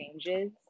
changes